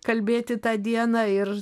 kalbėti tą dieną ir